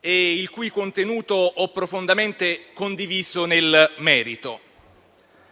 e il cui contenuto ho profondamente condiviso nel merito.